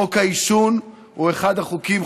חוק העישון הוא אחד החוקים,